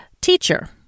Teacher